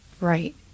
Right